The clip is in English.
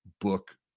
book